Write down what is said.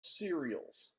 cereals